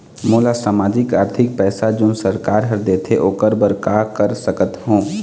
मोला सामाजिक आरथिक पैसा जोन सरकार हर देथे ओकर बर का कर सकत हो?